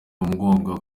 ngomba